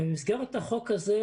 במסגרת החוק הזה,